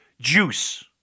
Juice